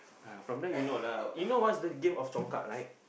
uh from there you know lah you know what's the game of congkak right